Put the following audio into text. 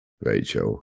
Rachel